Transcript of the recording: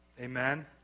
Amen